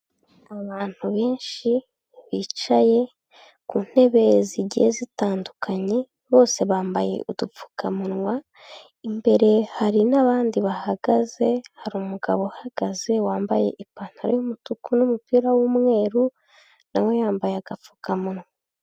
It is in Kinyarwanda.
Abantu benshi bicaye ku ntebe zigiye zitandukanye bose bambaye udupfukamunwa, imbere hari n'abandi bahagaze hari umugabo uhagaze wambaye ipantaro y'umutuku n'umupira w'umweru na we yambaye agapfukamunwa.